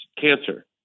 cancer